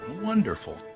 Wonderful